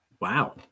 Wow